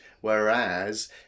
whereas